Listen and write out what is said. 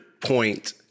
point